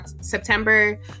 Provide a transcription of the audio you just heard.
september